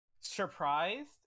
surprised